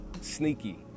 sneaky